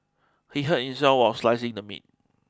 he hurt himself while slicing the meat